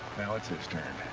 now it's his turn.